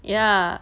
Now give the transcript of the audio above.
ya